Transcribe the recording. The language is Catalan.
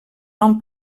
nom